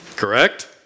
Correct